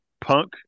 punk